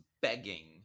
begging